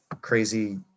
crazy